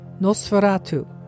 Nosferatu